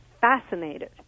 fascinated